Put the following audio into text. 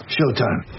Showtime